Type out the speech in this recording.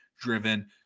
driven